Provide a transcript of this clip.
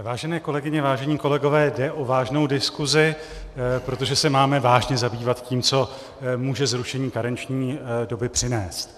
Vážené kolegyně, vážení kolegové, jde o vážnou diskusi, protože se máme vážně zabývat tím, co může zrušení karenční doby přinést.